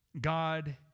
God